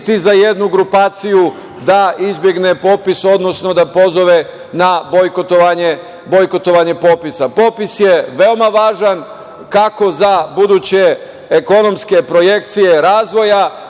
niti za jednu grupaciju da izbegne popis, odnosno da pozove na bojkotovanje popisa. Popis je veoma važan, kako za buduće ekonomske projekcije razvoja,